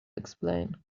explain